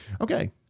okay